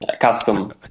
custom